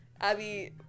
Abby